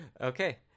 Okay